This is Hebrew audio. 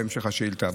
בהמשך השאילתה.